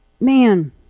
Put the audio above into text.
Man